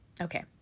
Okay